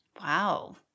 Wow